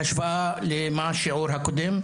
בהשוואה, מה השיעור הקודם?